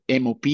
MOP